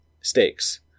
stakes